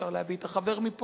אפשר להביא את החבר מפה,